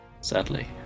sadly